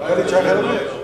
לפני חמש שנים, את החוק הזה?